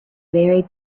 very